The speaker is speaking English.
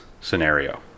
scenario